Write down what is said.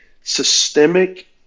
systemic